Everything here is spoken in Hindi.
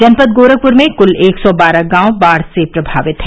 जनपद गोरखपुर में कुल एक सौ बारह गांव बाढ़ से प्रभावित हैं